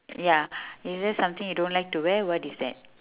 ya is there something you don't like to wear what is that